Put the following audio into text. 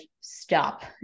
stop